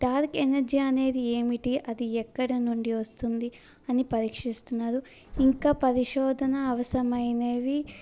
dark energy అనేది ఏమిటి అది ఎక్కడ నుండి వస్తుంది అని పరీక్షిస్తున్నారు ఇంకా పరిశోధన అవసరమైనవి